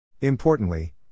Importantly